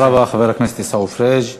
תודה רבה, חבר הכנסת עיסאווי פריג'.